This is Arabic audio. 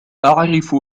أعرف